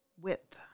width